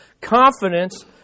confidence